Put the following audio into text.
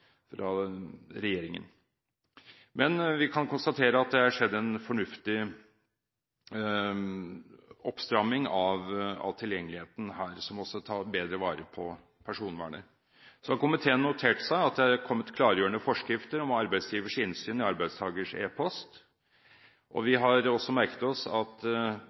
regjeringen. Men vi kan konstatere at det er skjedd en fornuftig oppstramming av tilgjengeligheten her, som også tar bedre vare på personvernet. Komiteen har notert seg at det er kommet klargjørende forskrifter om arbeidsgivers innsyn i arbeidstakers epost. Vi har også merket oss at